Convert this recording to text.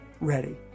ready